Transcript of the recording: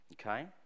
okay